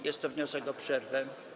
Jest to wniosek o przerwę.